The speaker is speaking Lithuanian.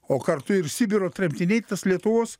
o kartu ir sibiro tremtiniai lietuvos